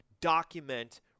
document